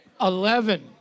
eleven